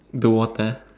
the water